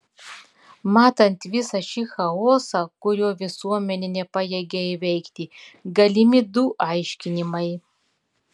matant visą šį chaosą kurio visuomenė nepajėgia įveikti galimi du aiškinimai